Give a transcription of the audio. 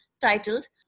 titled